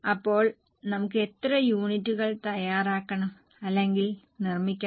അപ്പോൾ നമുക്ക് എത്ര യൂണിറ്റുകൾ തയ്യാറാക്കണം അല്ലെങ്കിൽ നിർമ്മിക്കണം